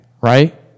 Right